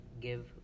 give